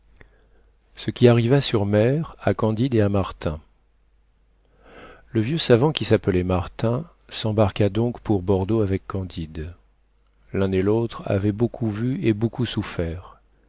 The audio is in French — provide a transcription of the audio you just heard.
ce qui arriva sur mer à candide et à martin le vieux savant qui s'appelait martin s'embarqua donc pour bordeaux avec candide l'un et l'autre avaient beaucoup vu et beaucoup souffert